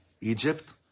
Egypt